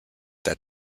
that